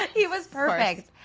he was perfect.